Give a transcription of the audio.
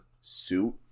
suit